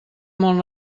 molt